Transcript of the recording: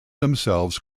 themselves